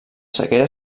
sequera